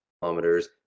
kilometers